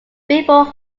billboard